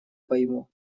пойму